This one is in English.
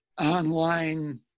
online